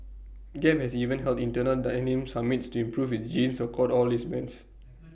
gap has even held internal denim summits to improve its jeans across all its brands